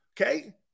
Okay